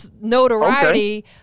Notoriety